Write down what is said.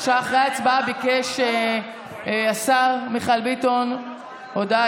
אחרי ההצבעה ביקש השר מיכאל ביטון הודעה